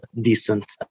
decent